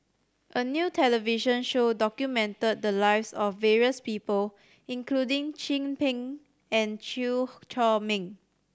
a new television show documented the lives of various people including Chin Peng and Chew Chor Meng